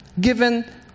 given